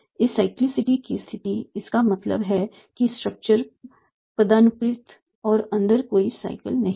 acyclicity की स्थिति इसका मतलब है कि स्ट्रक्चर पदानुक्रमित है और अंदर कोई साइकल नहीं है